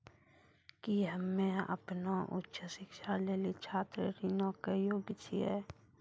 कि हम्मे अपनो उच्च शिक्षा लेली छात्र ऋणो के योग्य छियै?